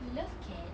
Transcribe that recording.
you love cats